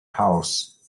house